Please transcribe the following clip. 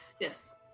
Yes